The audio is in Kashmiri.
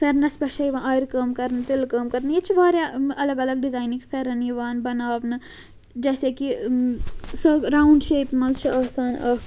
پھٮ۪رنَس پٮ۪ٹھ چھِ یِوان آرِ کٲم کَرنہٕ تِلہٕ کٲم کَرنہٕ ییٚتہِ چھِ واریاہ الگ الگ ڈِزاینٕکۍ پھٮ۪رَن یِوان بَناونہٕ جیسے کہِ سۄ راوُنٛڈ شیپہِ منٛز چھِ آسان اَکھ